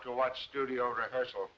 to watch studio records or